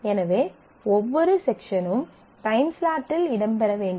எனவே ஒவ்வொரு செக்ஷனும் டைம்ஸ்லாட் இல் இடம்பெற வேண்டும்